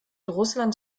russland